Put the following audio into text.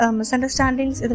misunderstandings